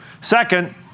Second